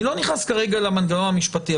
אני לא נכנס כרגע למנגנון המשפטי,